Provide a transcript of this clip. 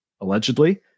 allegedly